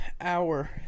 Hour